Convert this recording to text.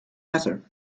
matter